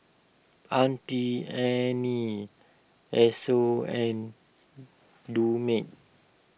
Auntie Anne's Esso and Dumex